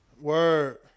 Word